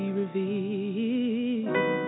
revealed